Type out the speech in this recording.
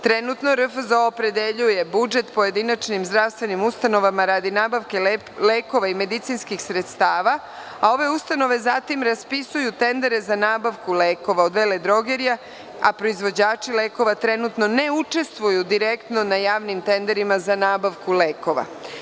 Trenutno RFZO opredeljuje budžet pojedinačnim zdravstvenim ustanovama radi nabavke lekova i medicinskih sredstava, a ove ustanove zatim raspisuju tendere za nabavku lekova, od veledrogerija, a proizvođači lekova trenutno ne učestvuju direktno na javnim tenderima za nabavku lekova.